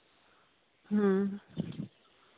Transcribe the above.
ᱦᱮᱸ